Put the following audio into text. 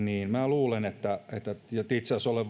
minä luulen ja itse asiassa olen